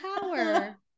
power